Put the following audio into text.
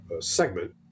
segment